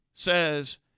Says